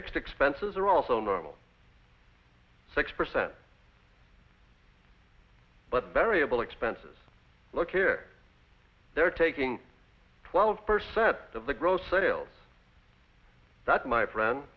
fixed expenses are also normal six percent but variable expenses look here they're taking twelve percent of the gross sales that my friend